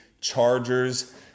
Chargers